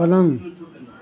पलङ्ग